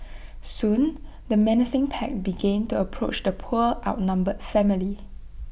soon the menacing pack began to approach the poor outnumbered family